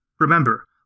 Remember